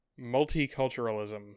multiculturalism